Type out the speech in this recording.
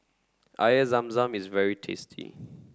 Air Zam Zam is very tasty